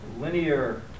linear